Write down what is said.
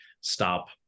stop